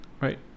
right